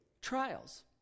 trials